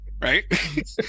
Right